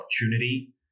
opportunity